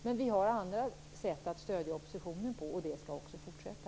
Men vi har andra sätt att stödja oppositionen på, och det skall också fortsätta.